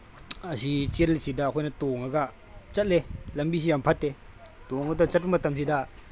ꯑꯁꯤ ꯆꯦꯜꯂꯤꯁꯤꯗ ꯑꯩꯈꯣꯏꯅ ꯊꯣꯡꯉꯒ ꯆꯠꯂꯦ ꯂꯝꯕꯤꯁꯤ ꯌꯥꯝ ꯐꯠꯇꯦ ꯇꯣꯡꯉꯒ ꯆꯠꯄ ꯃꯇꯝꯁꯤꯗ